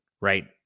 right